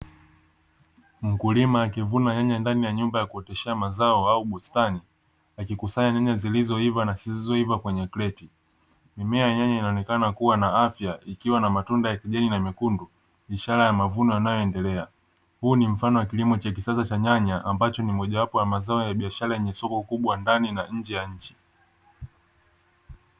Mkulima akivuna nyanya ndani ya nyumba ya kuoteshea mazao au bustani, akikusanya nyanya zilizoiva na zisizoiva kwenye kreti. Mimea ya nyanya inaonekana kuwa na afya ikiwa na matunda ya kijani na mekundu, ishara ya mavuno yanayoendelea. Huu ni mfano wa kilimo cha kisasa cha nyanya, ambacho ni mojawapo ya mazao ya biashara yenye soko kubwa ndani na nje ya nchi.